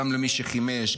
גם למי שחימש,